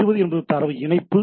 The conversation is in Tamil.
20 என்பது தரவு இணைப்பு